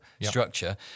structure